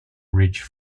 ridge